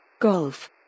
golf